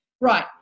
Right